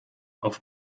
auf